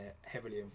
heavily